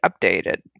updated